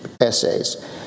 essays